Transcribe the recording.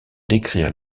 décrire